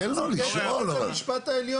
זה לא קונספציה שלו.